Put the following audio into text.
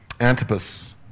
Antipas